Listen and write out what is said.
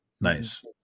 Nice